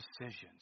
decisions